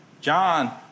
John